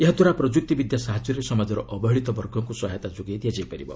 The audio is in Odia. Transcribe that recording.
ଏହାଦ୍ୱାରା ପ୍ରଯୁକ୍ତି ବିଦ୍ୟା ସାହାଯ୍ୟରେ ସମାଜର ଅବହେଳିତ ବର୍ଗଙ୍କୁ ସହାୟତା ଯୋଗାଇ ଦିଆଯାଇପାରିବ